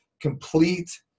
complete